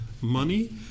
money